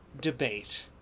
debate